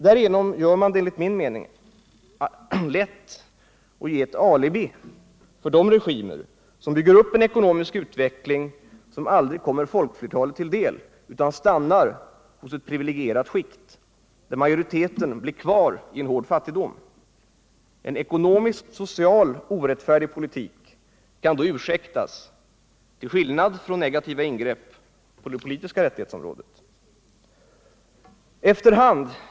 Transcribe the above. Därigenom gör man det enligt min mening lätt att ge ett alibi för de regimer som bygger upp en ekonomisk utveckling som aldrig kommer folkflertalet till del utan stannar hos ett privilegierat skikt, medan majoriteten blir kvar i hård fattigdom. En ekonomiskt och socialt orättfärdig politik kan då ursäktas till skillnad från negativa ingrepp på det politiska rättighetsområdet.